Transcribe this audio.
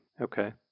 Okay